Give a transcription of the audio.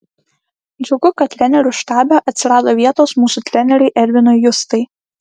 džiugu kad trenerių štabe atsirado vietos mūsų treneriui edvinui justai